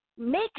make